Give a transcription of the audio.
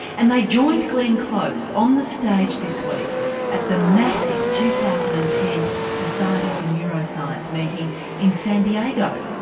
and they joined glenn close on the stage this week at the massive two thousand and ten society for neuroscience meeting in san diego.